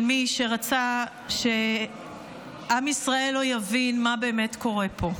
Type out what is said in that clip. של מי שרצה שעם ישראל לא יבין מה באמת קורה פה.